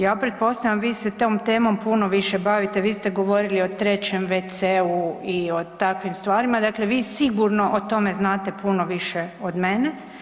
Ja pretpostavljam vi se tom temom puno više bavite, vi ste govorili o trećem wc-u i o takvim stvarima, dakle vi sigurno o tome znate puno više od mene.